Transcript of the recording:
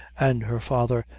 and her father,